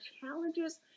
challenges